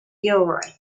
gilroy